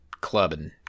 clubbing